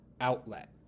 outlet